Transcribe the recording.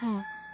ᱦᱮᱸ